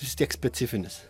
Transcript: vis tiek specifinis